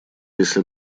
если